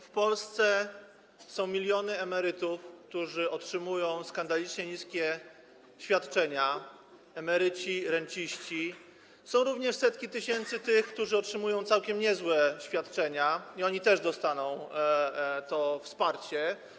W Polsce są miliony emerytów, którzy otrzymują skandalicznie niskie świadczenia - emeryci, renciści - są również setki tysięcy tych, którzy otrzymują całkiem niezłe świadczenia, i oni też dostaną to wsparcie.